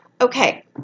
Okay